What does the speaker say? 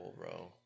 bro